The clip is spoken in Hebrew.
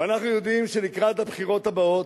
אנחנו יודעים שלקראת הבחירות הבאות,